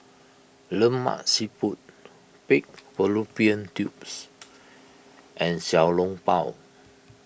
Lemak Siput Pig Fallopian Tubes and Xiao Long Bao